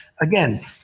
Again